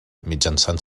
mitjançant